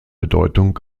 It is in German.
bedeutung